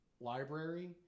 library